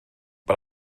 but